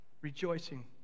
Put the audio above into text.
rejoicing